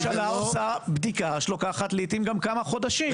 הממשלה עושה בדיקה שלעיתים לוקחת גם כמה חודשים,